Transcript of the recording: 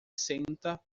senta